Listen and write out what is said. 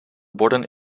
borden